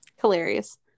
hilarious